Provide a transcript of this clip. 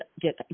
get